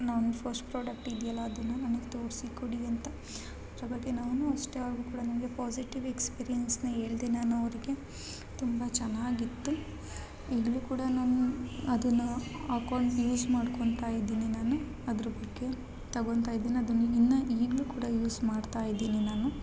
ನನ್ನ first product ಇದಿಯಲ್ಲ ಅದನ್ನ ನನಗೆ ತೋರಿಸಿ ಕೊಡಿ ಅಂತ ಅದರ ಬಗ್ಗೆ ನಾನು ಅಷ್ಟಾದರು ಕೂಡ ನನಗೆ ಪಾಝಿಟಿವ್ ಎಕ್ಸ್ಪೀರಿಯನ್ಸ್ನ ಹೇಳ್ದೆ ನಾನು ಅವರಿಗೆ ತುಂಬ ಚೆನ್ನಾಗಿತ್ತು ಈಗಲೂ ಕೂಡ ನಾನು ಅದನ್ನು ಹಾಕೊಂಡು ಯೂಸ್ ಮಾಡ್ಕೊಂತಾ ಇದ್ದೀನಿ ನಾನು ಅದ್ರ ಬಗ್ಗೆ ತಗೊಂತ ಇದ್ದೀನಿ ಅದನ್ನ ಇನ್ನ ಈಗಲೂ ಕೂಡ ಯೂಸ್ ಮಾಡ್ತಾ ಇದ್ದೀನಿ ನಾನು